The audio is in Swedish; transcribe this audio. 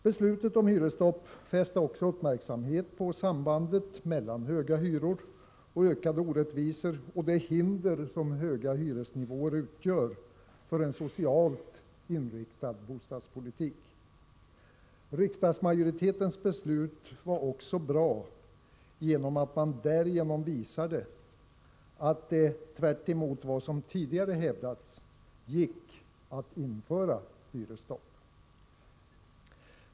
Beslutet om hyresstopp fäste också uppmärksamheten på sambandet mellan höga hyror och ökade orättvisor och det hinder höga hyresnivåer utgör för en socialt inriktad bostadspolitik. Riksdagsmajoritetens beslut var också bra, eftersom man därigenom visade att det — tvärtemot vad som tidigare hävdats — gick att införa hyresstopp.